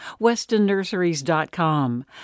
WestonNurseries.com